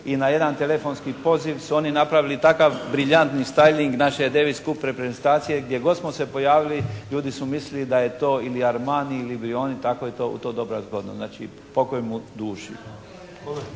i na jedan telefonski poziv su oni napravili takav briljantni style-ing naše «Davis cup» reprezentacije. Gdje god smo se pojavili ljudi su mislili da je to ili Armani ili … /Govornik se ne razumije./ … Tako je to u to doba bilo zgodno. Znači pokoj mu duši.